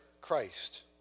Christ